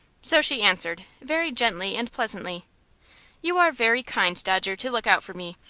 so she answered, very gently and pleasantly you are very kind, dodger, to look out for me,